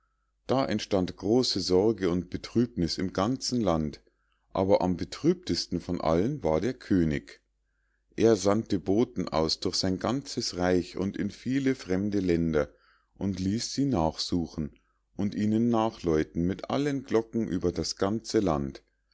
da entstand große sorge und betrübniß im ganzen land aber am betrübtesten von allen war der könig er sandte boten aus durch sein ganzes reich und in viele fremde länder und ließ sie nachsuchen und ihnen nachläuten mit allen glocken über das ganze land